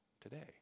today